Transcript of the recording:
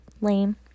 Lame